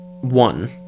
one